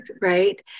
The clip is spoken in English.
Right